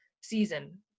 season